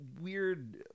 weird